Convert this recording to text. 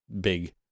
big